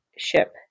ship